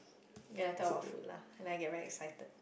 ya that was food lah and I get very excited